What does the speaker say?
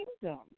kingdom